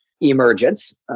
Emergence